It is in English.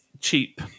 cheap